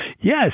Yes